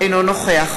אינו נוכח